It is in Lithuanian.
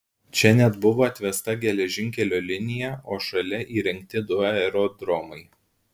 čia net buvo atvesta geležinkelio linija o šalia įrengti du aerodromai